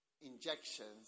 injections